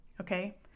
Okay